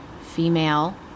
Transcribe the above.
female